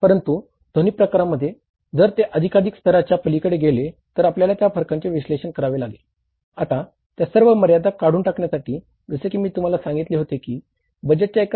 परंतु दोन्ही प्रकरणांमध्ये जर ते अधिकाधिक स्तराच्या